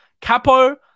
Capo